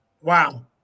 Wow